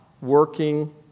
working